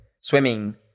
swimming